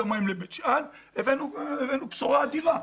המים לבית שאן הבאנו בשורה אדירה.